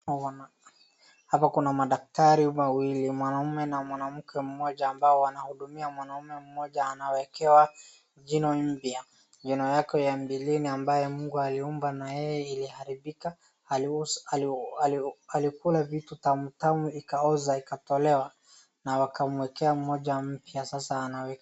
Hapa kuna madaktari wawili mwanaume na mwanamke mmoja ambao wanahudumia mwanaume mmoja anawekewa jino mpya jino yake ya mbeleni ambaye mungu aliumba na yeye iliharibika, alikula vitu tamu tamu ikaoza ikatolewa na wakamwekea moja mpya na sasa